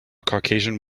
caucasian